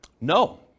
No